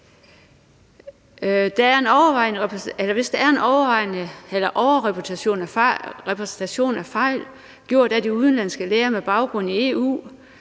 Hvis der er en overrepræsentation af fejl gjort af de udenlandske læger med baggrund i EU